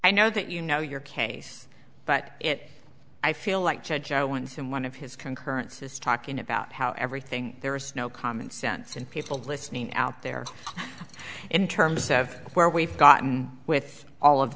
i know that you know your case but it i feel like judge i once in one of his concurrence is talking about how everything there is no common sense and people listening out there in terms of where we've gotten with all of